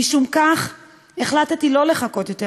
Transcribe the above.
משום כך החלטתי שלא לחכות יותר,